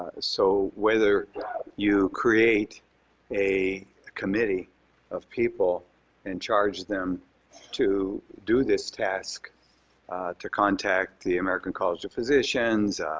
ah so whether you create a committee of people and charge them to do this task to contact the american college of physicians,